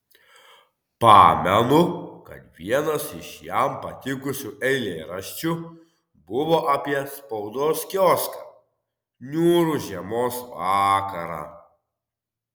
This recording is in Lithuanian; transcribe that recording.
pamenu kad vienas iš jam patikusių eilėraščių buvo apie spaudos kioską niūrų žiemos vakarą